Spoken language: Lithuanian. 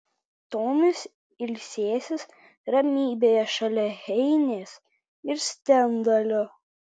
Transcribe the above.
tonis ilsėsis ramybėje šalia heinės ir stendalio